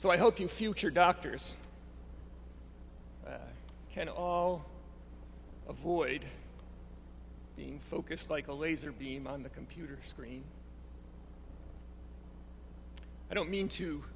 so i hope you future doctors can all avoid being focused like a laser beam on the computer screen i don't mean to